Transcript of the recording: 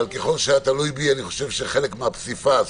אבל ככל שתלוי בי, חלק מהפסיפס